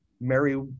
Mary